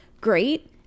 great